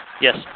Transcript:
Yes